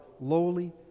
lowly